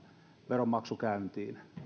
veronmaksu käyntiin